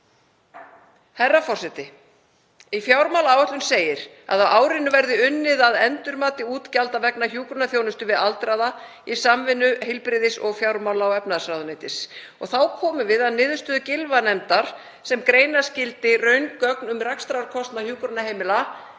Herra forseti. Í fjármálaáætlun segir að á árinu verði unnið að endurmati útgjalda vegna hjúkrunarþjónustu við aldraða í samvinnu heilbrigðisráðuneytis og fjármála- og efnahagsráðuneytis. Þá komum við að niðurstöður Gylfanefndar sem greina skyldi raungögn um rekstrarkostnað hjúkrunarheimila því að